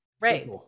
Right